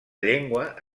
llengua